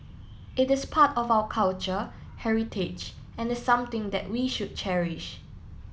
it is part of our culture heritage and is something that we should cherish